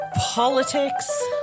politics